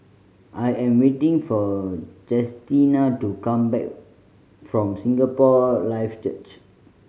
I am waiting for Chestina to come back from Singapore Life Church